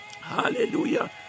hallelujah